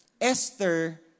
Esther